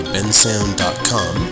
BenSound.com